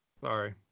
sorry